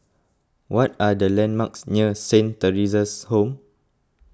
what are the landmarks near Saint theresa's Home